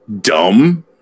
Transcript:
dumb